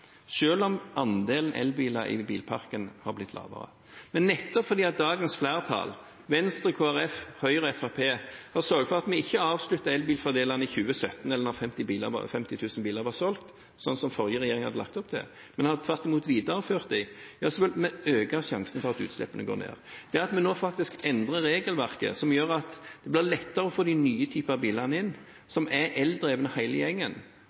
om andelen elbiler i bilparken har blitt høyere. Men nettopp fordi dagens flertall – Venstre, Kristelig Folkeparti, Høyre og Fremskrittspartiet – har sørget for at vi ikke avslutter elbilfordelene i 2017 eller når 50 000 biler er solgt, sånn som forrige regjering hadde lagt opp til, men tvert imot viderefører dem, ja så vil vi øke sjansene for at utslippene går ned. Det at vi nå faktisk endrer regelverket sånn at det blir lettere å få de nye typene biler inn, som er eldrevne hele gjengen